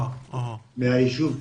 מהיישוב,